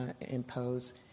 impose